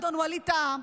אדון ווליד טאהא,